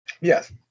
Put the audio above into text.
Yes